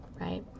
right